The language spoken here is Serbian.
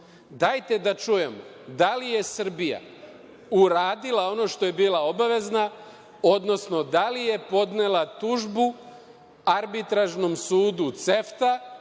Dajte da čujem, da li je Srbija uradila ono što je bila obavezna, odnosno da li je podnela tužbu arbitražnom sudu CEFTA